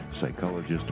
psychologist